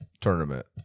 tournament